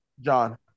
John